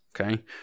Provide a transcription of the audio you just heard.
okay